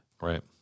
Right